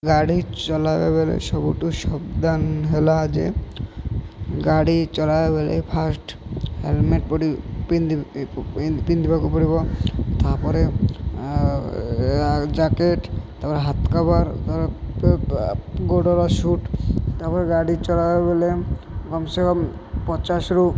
ଗାଡ଼ି ଚଲାଇବା ବେଳେ ସବୁଠୁ ସାବଧାନ ହେଲା ଯେ ଗାଡ଼ି ଚଲାଇବା ବେଳେ ଫାଷ୍ଟ୍ ହେଲମେଟ୍ ପିନ୍ଧି ପିନ୍ଧିବାକୁ ପଡ଼ିବ ତା'ପରେ ଜ୍ୟାକେଟ୍ ତା'ପରେ ହାତ କଭର୍ ତା ଗୋଡ଼ର ସୁଟ୍ ତା'ପରେ ଗାଡ଼ି ଚଲାଇବା ବେଳେ କମ୍ ସେ କମ୍ ପଚାଶରୁ